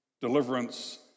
deliverance